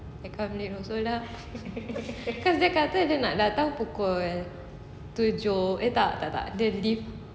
I come late also lah cause dia kata dia nak datang pukul tujuh eh tak tak tak dia di